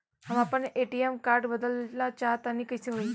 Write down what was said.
हम आपन ATM card बदलल चाह तनि कइसे होई?